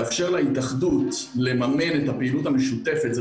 לאפשר להתאחדות לממן את הפעילות המשותפת זו